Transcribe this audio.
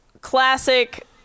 classic